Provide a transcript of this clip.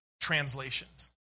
translations